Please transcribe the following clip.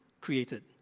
Created